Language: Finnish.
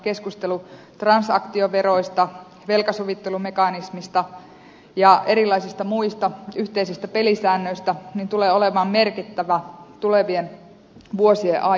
keskustelu transaktioveroista velkasovittelumekanismista ja erilaisista muista yhteisistä pelisäännöistä tulee olemaan merkittävä tulevien vuosien aikana